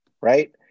right